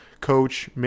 coach